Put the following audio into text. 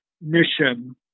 mission